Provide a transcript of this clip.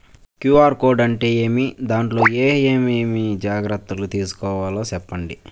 QR code అంటే ఏమి? దాంట్లో ఏ ఏమేమి జాగ్రత్తలు తీసుకోవాలో సెప్పండి?